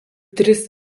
tris